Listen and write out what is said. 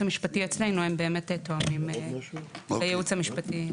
המשפטי אצלנו הם באמת תואמים לייעוץ המשפטי.